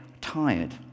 tired